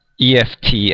EFT